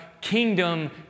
kingdom